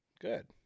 Good